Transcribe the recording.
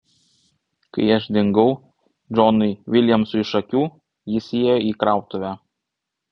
kai aš dingau džonui viljamsui iš akių jis įėjo į krautuvę